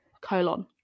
colon